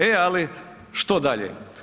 E ali što dalje?